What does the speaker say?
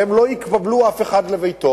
והם לא יקבלו אף אחד לביתו,